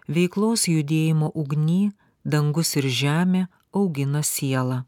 veiklos judėjimo ugny dangus ir žemė augina sielą